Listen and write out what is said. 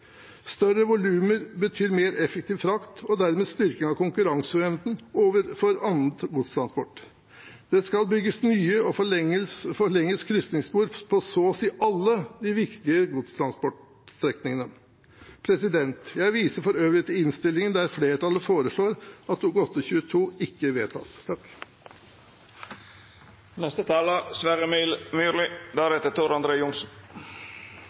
Større volumer betyr mer effektiv frakt og dermed styrking av konkurranseevnen overfor annen godstransport. Det skal bygges nye eller forlenges krysningsspor på så å si alle de viktige godstogstrekningene. Jeg viser for øvrig til innstillingen der flertallet foreslår at Dokument 8:22 S for 2018–2019 ikke vedtas.